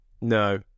No